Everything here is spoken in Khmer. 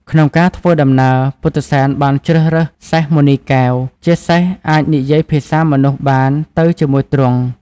ក្នុងការធ្វើដំណើរពុទ្ធិសែនបានជ្រើសរើសសេះមណីកែវ ជាសេះអាចនិយាយភាសាមនុស្សបានទៅជាមួយទ្រង់។